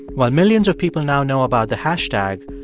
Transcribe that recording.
while millions of people now know about the hashtag,